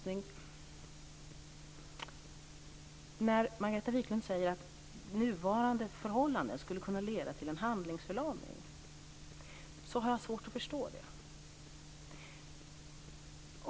När Margareta Viklund säger att nuvarande förhållanden skulle kunna leda till en handlingsförlamning, så har jag svårt att förstå det.